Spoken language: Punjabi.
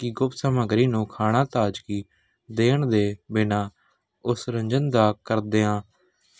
ਕਿ ਗੁਪਤ ਸਮੱਗਰੀ ਨੂੰ ਖਾਣਾ ਤਾਜ਼ਗੀ ਦੇਣ ਦੇ ਬਿਨਾਂ ਉਸ ਰੰਜਨ ਦਾ ਕਰਦਿਆਂ